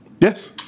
Yes